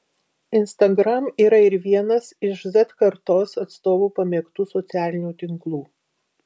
instagram yra ir vienas iš z kartos atstovų pamėgtų socialinių tinklų